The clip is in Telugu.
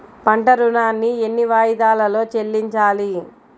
పంట ఋణాన్ని ఎన్ని వాయిదాలలో చెల్లించాలి?